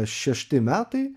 šešti metai